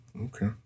Okay